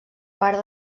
part